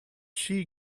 she